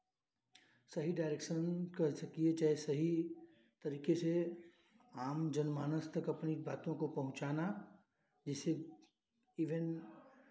सही डायरेक्शन कह सकिये चाहे सही तरीके से आम जनमानस तक अपनी बातों को पहुँचाना जैसे इभेन